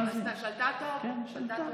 שלטה טוב, שלטה טוב.